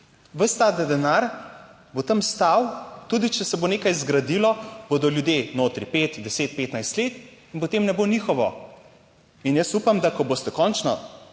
ves ta denar bo tam stal, tudi če se bo nekaj zgradilo, bodo ljudje notri 5, 10, 15, let, in potem ne bo njihovo, in jaz upam, da ko boste končno